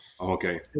Okay